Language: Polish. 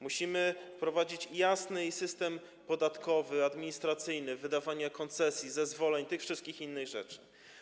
Musimy wprowadzić jasny system podatkowy, administracyjny, system wydawania koncesji, zezwoleń, wszystkich innych rzeczy.